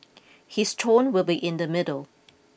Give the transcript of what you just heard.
his tone will be in the middle